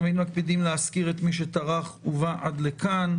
תמיד מקפידים להזכיר את מי שטרח ובא עד לכאן: